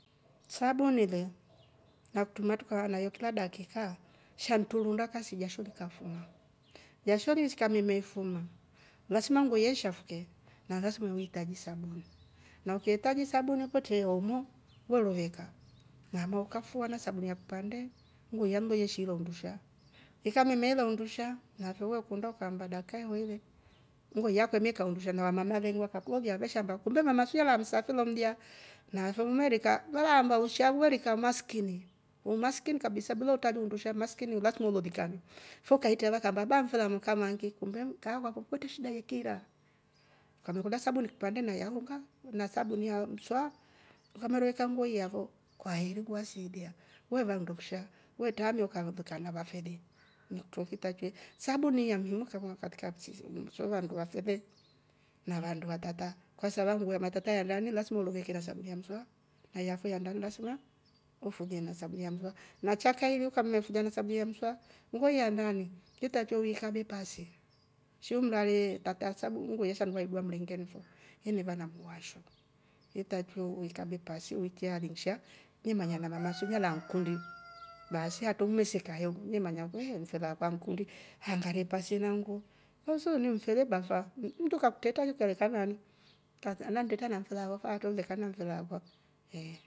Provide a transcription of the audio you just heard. Sabuni le ngakutruma trukana nayo kila dakikaa shandu tru ruunda kasi jasho likafuma jasho lishikammeme fuma lasima mguo ilya ishafuke na lasma huitaji sabuni na ukiitaji sabuni kwetre oomo, we roveka ng'ama ukafua na sabuni ya kipande nguo ilya yesheela undusha ikammeme ela undusha nafee we kunda ukaamba dakikayi weve, nguo ilya yafo imemeekaa undusha na vamama le vakakulolya veshaamba kumbe mama su alaa msafi lo mlya naafe umerika- waamaba usha we rika umaskini, umaskini kabisa bila utarli undusha umaskini lasma ulololikane fe ukaitra vakaamba abaa mfe a mkamangi kumbe kaakwafo kwetre shida ye kira kamene kolya sabuni kipande na yaunga na sabuni ya mswa ukameroveka nguo yafo kwaheri wasiilia, weewa undusha we traamia ukalolikana vafele nikutro kutakiwe sabuni ya muhimu kama katrika ikusisa nisawandu vafele na vandu vatata kwasababu, vanatata lasma uroveke na sabuni ya mswa na yafo ya ndani lasma ufulie na sabuni ya mswa na chakaili na ukamefuliana sabuni ya mswa nguo yo ya ndani itrakiwe uikabe pasi shi umrare tata sabuni yasha yaidua mringeni fo imeva na muwasho itrakiwe uikabe pasi uikye handusha ne manya na mama su nalaa nnkundi baasi haatro mmeseka he u nemanya kwe mfele akwa ankundi hanagare pasi na nnguo soosu ni mfele bafa mndu kakutreta we lekan nani, enda treta na mfele afo faatro lekani na mfele akwa eeh,